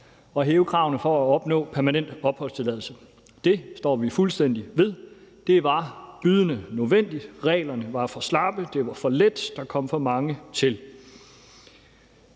og hæve kravene for at opnå permanent opholdstilladelse. Det står vi fuldstændig ved, det var bydende nødvendigt, reglerne var for slappe, det var for let, og der kom for mange hertil.